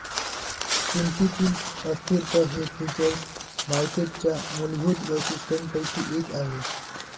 किमतीतील अस्थिरता हे फ्युचर्स मार्केटच्या मूलभूत वैशिष्ट्यांपैकी एक आहे